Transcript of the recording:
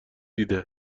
دیده